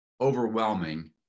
overwhelming